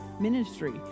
ministry